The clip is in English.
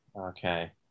Okay